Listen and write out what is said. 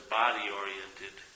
body-oriented